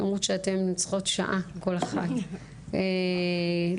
למרות שאתן צריכות שעה כל אחת, למיקה